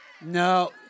No